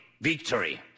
victory